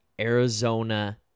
Arizona